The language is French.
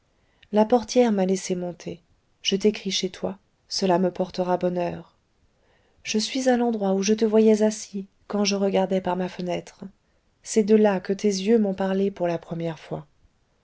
la portière ma laissée monter je t'écris chez toi cela me portera bonheur je suis à l'endroit où je te voyais assis quand je regardais par ma fenêtre c'est de là que tes yeux m'ont parlé pour la première fois